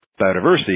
biodiversity